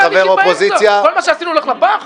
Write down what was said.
כל אחד --- כל מה שעשינו ילך לפח?